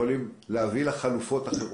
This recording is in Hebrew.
שיכולים להביא חלופות אחרות.